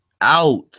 out